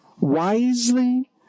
wisely